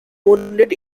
wounded